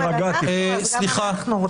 אם מדברים על "אנחנו", גם אנחנו רוצים.